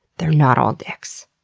they're not all dicks,